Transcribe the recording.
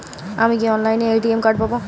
আমি কি অনলাইনে এ.টি.এম কার্ড পাব?